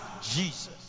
Jesus